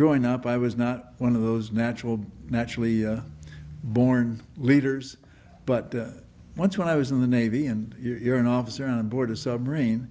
growing up i was not one of those natural naturally born leaders but once when i was in the navy and you're an officer on board a submarine